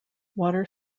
water